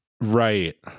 Right